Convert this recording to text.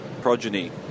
Progeny